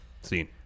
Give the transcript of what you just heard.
seen